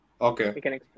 Okay